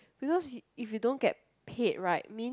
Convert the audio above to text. because if you don't get paid right means